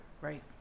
Right